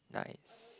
nice